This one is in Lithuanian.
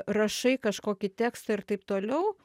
rašai kažkokį tekstą ir taip toliau